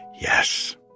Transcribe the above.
Yes